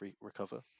Recover